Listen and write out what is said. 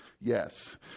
Yes